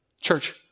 church